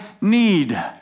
need